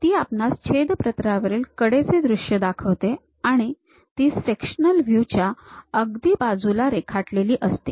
ती आपणास छेद प्रतलावरील कडेचे दृश्य दाखविते आणि ती सेक्शनल व्ह्यू च्या अगदी बाजूला रेखाटलेली असते